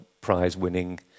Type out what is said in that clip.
Prize-winning